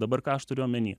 dabar ką aš turiu omeny